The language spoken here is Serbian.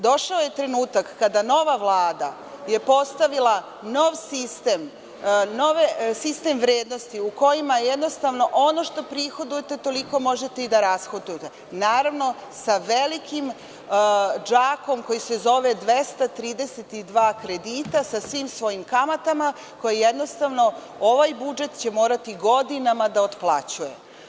Došao je trenutak kada nova Vlada je postavila nov sistem vrednosti u kojima, jednostavno, ono što prihodujete toliko možete i da rashodujete, naravno, sa velikim džakom koji se zove 232 kredita, sa svim svojim kamatama koje će ovaj budžet morati godinama da otplaćuje.